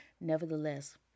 nevertheless